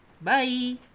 Bye